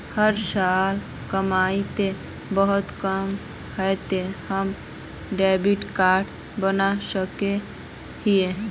हमर साल के कमाई ते बहुत कम है ते हम डेबिट कार्ड बना सके हिये?